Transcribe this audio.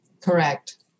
Correct